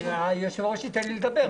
היושב-ראש ייתן לי לדבר.